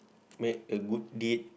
make a good deed